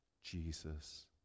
Jesus